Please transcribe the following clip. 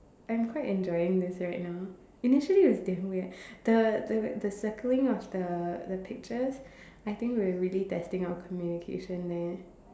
I'm quite enjoying this right now initially was damn weird the the wait the circling of the the pictures I think we are really testing our communication there